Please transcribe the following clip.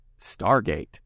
Stargate